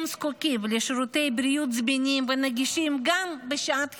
הם זקוקים לשירותי בריאות זמינים ונגישים גם בשעת חירום.